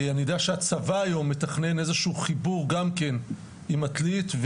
אני יודע שהצבא היום מתכנן איזשהו חיבור גם כן עם עתלית.